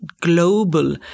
global